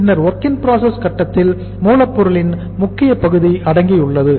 பின்னர் WIP கட்டத்தில் மூலப் பொருளின் முக்கிய பகுதி அடங்கியுள்ளது